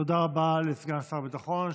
תודה רבה לסגן השר לביטחון פנים.